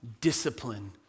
discipline